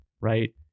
right